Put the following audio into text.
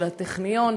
לטכניון.